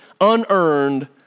unearned